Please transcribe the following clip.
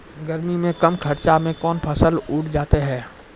गर्मी मे कम खर्च मे कौन फसल उठ जाते हैं?